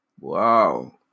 Wow